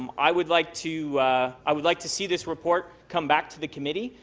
um i would like to i would like to see this report come back to the committee.